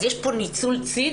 אז יש פה ניצול ציני,